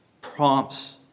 prompts